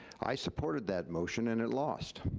i supported that motion and it lost,